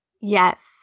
Yes